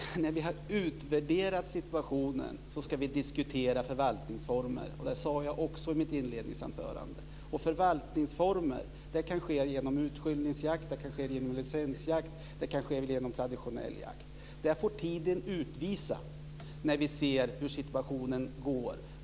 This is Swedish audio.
Fru talman! När vi har utvärderat situationen ska vi diskutera förvaltningsformer. Det sade jag också i mitt inledningsanförande. Förvaltningsformer kan ske genom urskiljningjakt, licensjakt eller genom traditionell jakt. Det får tiden utvisa när vi ser hur situationen är.